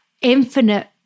infinite